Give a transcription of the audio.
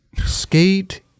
skate